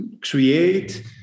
create